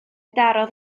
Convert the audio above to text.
darodd